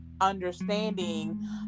understanding